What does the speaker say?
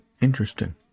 interesting